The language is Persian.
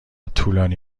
طولانی